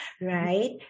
right